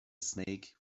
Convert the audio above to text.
snake